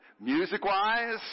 music-wise